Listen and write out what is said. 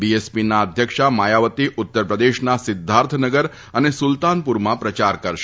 બીએસપીના અધ્યક્ષા માયાવતી ઉત્તર પ્રદેશના સિદ્ધાર્થનગર અને સુલતાનપુરમાં પ્રચાર કરશે